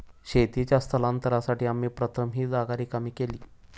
शेतीच्या स्थलांतरासाठी आम्ही प्रथम ही जागा रिकामी केली